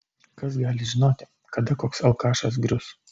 kas gali žinoti kada koks alkašas grius